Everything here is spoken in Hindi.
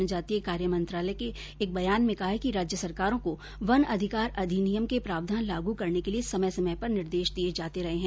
जनजातीय कार्य मंत्रालय ने एक बयान में कहा है कि राज्य सरकारों को वन अधिकार अधिनियम के प्रावधान लागू करने के लिए समय समय पर निर्देश दिए जाते रहे हैं